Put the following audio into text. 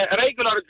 regular